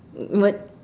what